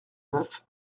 neuf